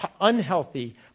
unhealthy